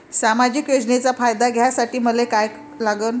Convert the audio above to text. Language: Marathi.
सामाजिक योजनेचा फायदा घ्यासाठी मले काय लागन?